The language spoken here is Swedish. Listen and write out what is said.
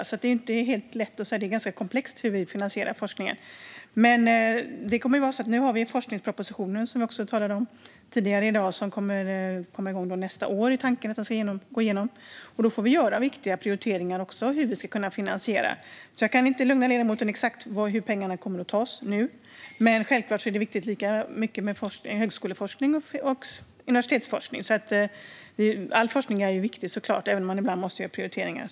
Det är därför inte helt lätt att säga hur forskningen finansieras, utan det är ganska komplext. Nu har vi dock forskningspropositionen, som jag också talade om tidigare i dag. Tanken är att den ska gå igenom nästa år, och då får vi göra viktiga prioriteringar gällande hur vi ska finansiera. Jag kan alltså inte just nu lugna ledamoten gällande exakt hur pengarna kommer att fördelas, men självklart är det lika viktigt med högskoleforskning som med universitetsforskning. All forskning är såklart viktig, även om man ibland måste göra prioriteringar.